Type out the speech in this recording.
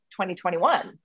2021